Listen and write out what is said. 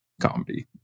comedy